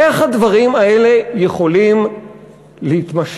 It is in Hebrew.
איך הדברים האלה יכולים להתמשך?